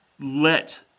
let